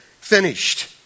finished